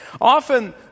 Often